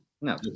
No